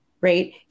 right